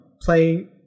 playing